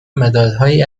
مدادهایی